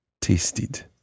tasted